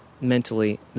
mentally